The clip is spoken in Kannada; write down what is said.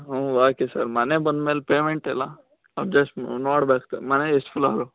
ಹ್ಞೂ ಓಕೆ ಸರ್ ಮನೆಗೆ ಬಂದ ಮೇಲೆ ಪೇಮೆಂಟೆಲ್ಲ ಮ್ ನೋಡ್ಬೇಕು ಸರ್ ಮನೆ ಎಷ್ಟು ಫ್ಲೋರು